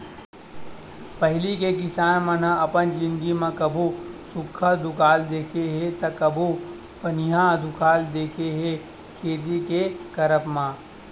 पहिली के किसान मन ह अपन जिनगी म कभू सुक्खा दुकाल देखे हे ता कभू पनिहा दुकाल देखे हे खेती के करब म